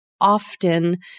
often